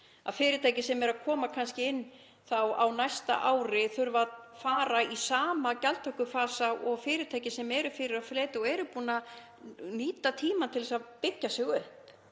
Fyrirtæki sem eru kannski að koma inn á næsta ári þurfa að fara í sama gjaldtökufasa og fyrirtæki sem eru fyrir á fleti og eru búin að nýta tímann til þess að byggja sig upp.